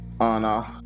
Anna